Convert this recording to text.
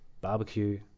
barbecue